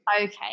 Okay